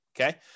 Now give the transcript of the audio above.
okay